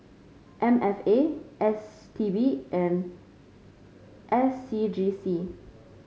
M F A S T B and S C G C